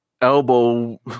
Elbow